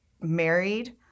married